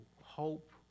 hope